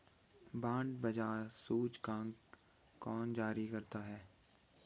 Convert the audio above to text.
Bond बाजार सूचकांक कौन जारी करता है?